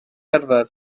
arfer